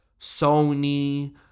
Sony